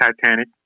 Titanic